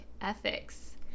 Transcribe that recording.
ethics